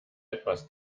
etwas